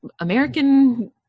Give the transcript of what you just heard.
American